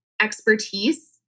expertise